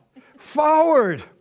forward